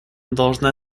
должна